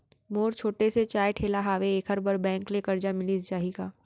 मोर छोटे से चाय ठेला हावे एखर बर बैंक ले करजा मिलिस जाही का?